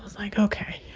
like, okay.